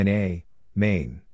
Maine